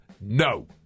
no